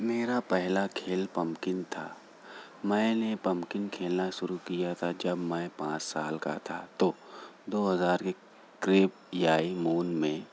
میرا پہلا کھیل پمپکن تھا میں نے پمپکن کھیلنا شروع کیا تھا جب میں پانچ سال کا تھا تو دو ہزار کے کریبیائی مون میں